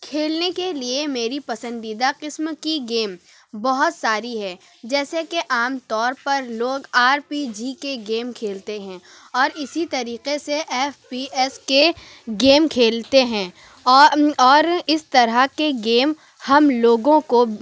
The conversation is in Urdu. کھیلنے کے لیے میری پسندیدہ قسم کی گیم بہت ساری ہے جیسے کہ عام طور لوگ آر پی جی کے گیم کھیلتے ہیں اور اِسی طریقے سے ایف پی ایس کے گیم کھیلتے ہیں اور اور اِس طرح کے گیم ہم لوگوں کو